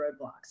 roadblocks